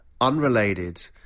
unrelated